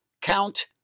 count